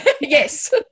yes